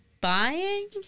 buying